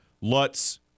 Lutz –